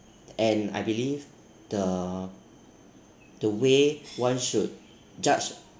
and I believe the the way one should judge